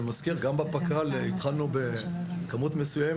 אני מזכיר שגם ב-פק"ל בפיקוח האלקטרוני - התחלנו בכמות מסוימת,